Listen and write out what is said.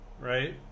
Right